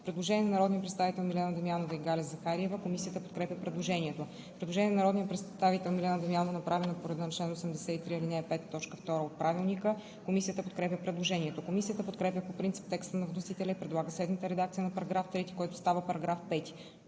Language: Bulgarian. Предложение на народните представители Милена Дамянова и Галя Захариева. Комисията подкрепя предложението. Предложение на народния представител Милена Дамянова, направено по реда на чл. 83, ал. 5, т. 2 от Правилника. Комисията подкрепя предложението. Комисията подкрепя по принцип текста на вносителя и предлага следната редакция на § 3, който става § 5: „§ 5.